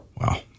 Wow